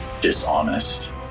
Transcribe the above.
dishonest